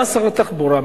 בא שר התחבורה,